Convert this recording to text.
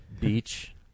beach